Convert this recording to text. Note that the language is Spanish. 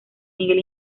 nivel